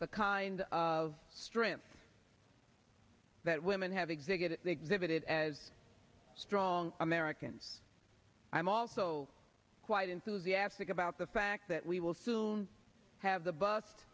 the kind of strength that women have exhibited exhibited as strong americans i'm also quite enthusiastic about the fact that we will soon have the bus